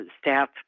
staff